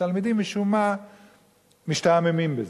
והתלמידים משום מה משתעממים מזה.